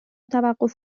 توقف